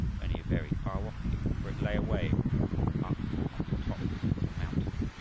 only a very far-off view, for it lay away up on the top of a mountain,